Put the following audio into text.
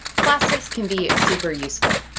plastics can be super useful.